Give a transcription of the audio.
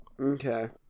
Okay